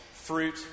Fruit